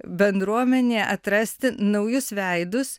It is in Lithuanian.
bendruomenėje atrasti naujus veidus